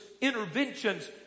interventions